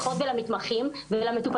להתניע אותו אבל בצורה מדודה.